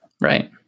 Right